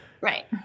Right